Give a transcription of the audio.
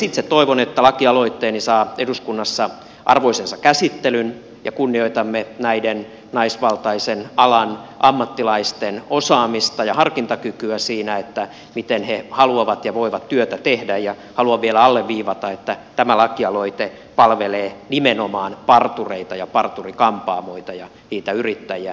itse toivon että lakialoitteeni saa eduskunnassa arvoisensa käsittelyn ja kunnioitamme näiden naisvaltaisen alan ammattilaisten osaamista ja harkintakykyä siinä miten he haluavat ja voivat työtä tehdä ja haluan vielä alleviivata että tämä lakialoite palvelee nimenomaan partureita ja parturi kampaamoita ja niitä yrittäjiä